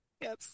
Yes